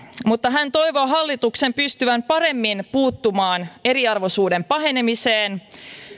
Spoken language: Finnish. mutta hän toivoo hallituksen pystyvän paremmin puuttumaan eriarvoisuuden pahenemiseen